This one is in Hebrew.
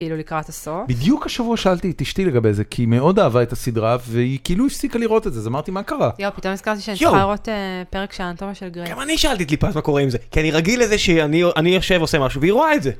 בדיוק השבוע שאלתי את אשתי לגבי זה כי היא מאוד אהבה את הסדרה והיא כאילו הפסיקה לראות את זה אז אמרתי מה קרה. יואו פתאום נזכרתי שאני צריכה לראות פרק של האנטומייה של גריי. גם אני שאלתי את ליפה מה קורה עם זה כי אני רגיל לזה שאני יושב עושה משהו והיא רואה את זה.